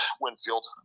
Winfield